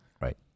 Right